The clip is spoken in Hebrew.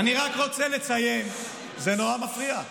אני רק רוצה לציין, זה נורא מפריע.